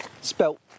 Spelt